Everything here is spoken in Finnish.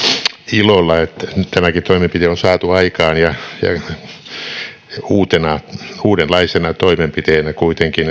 ilolla että tämäkin toimenpide on saatu aikaan ja uudenlaisena toimenpiteenä kuitenkin